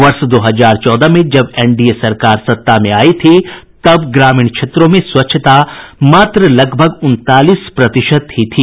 वर्ष दो हजार चौदह में जब एनडीए सरकार सत्ता में आई थी तो ग्रामीण क्षेत्रों में स्वच्छता मात्र लगभग उनतालीस प्रतिशत ही थी